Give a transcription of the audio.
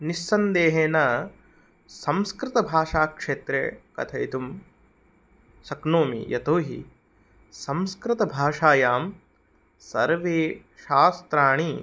निस्सन्देहेन संस्कृतभाषाक्षेत्रे कथयितुं शक्नोमि यतो हि संस्कृतभाषायां सर्वे शास्त्राणि